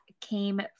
came